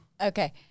Okay